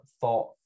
thought